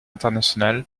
internationale